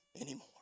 anymore